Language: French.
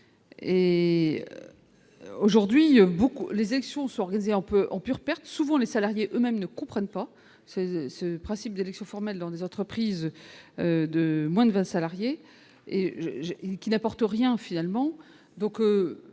Et. Aujourd'hui beaucoup les élections s'organiser en peu en pure perte, souvent les salariés eux-mêmes ne comprennent pas, c'est ce principe d'élection formelle dans les entreprises de moins de 20 salariés et et qui n'apporte rien, finalement, donc,